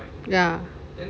ya